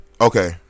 Okay